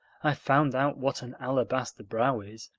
i've found out what an alabaster brow is.